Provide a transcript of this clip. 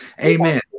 Amen